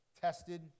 tested